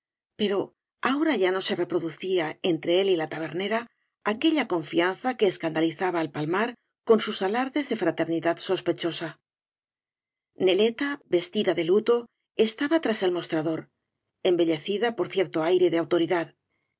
pero ahora ya no se reproducía entre él y la tabernera aquella confianza que escandalizaba al palmar con sus alardes de fraternidad sospechosa neleta vestida de luto estaba tras el mostrador embellecida por cierto aire de autoridad